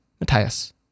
Matthias